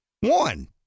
One